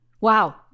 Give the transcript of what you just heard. Wow